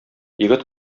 егет